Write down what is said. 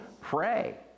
pray